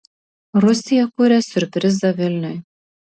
rusija kuria siurprizą vilniui